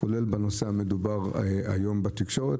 כולל בנושא המדובר היום בתקשורת.